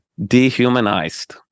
dehumanized